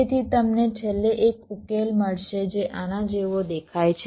તેથી તમને છેલ્લે એક ઉકેલ મળશે જે આના જેવો દેખાય છે